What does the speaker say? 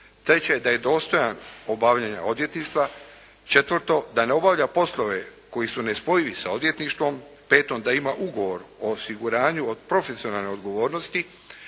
treće da je dostojan obavljanja odvjetništva, četvrto da ne obavlja poslove koji su nespojivi sa odvjetništvom, peto da ima ugovor o osiguranju od profesionalne odgovornosti,